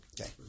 Okay